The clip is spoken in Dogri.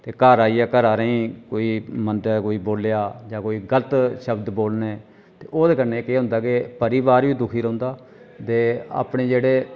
ते घर आइयै घरै आह्लें गी कोई मंदे कोई बोल्लेआ जां कोई गलत शब्द बोलने ते ओह्दे कन्नै केह् होंदा कि परोआर बी दुखी रौंह्दा ते अपने जेह्ड़े